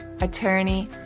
attorney